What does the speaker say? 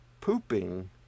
pooping